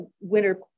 winter